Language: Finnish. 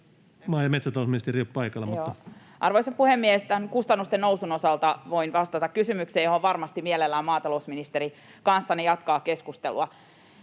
Arvoisa puhemies! Tämän kustannusten nousun osalta voin vastata kysymykseen, josta varmasti mielellään maatalousministeri kanssanne jatkaa keskustelua.